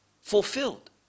fulfilled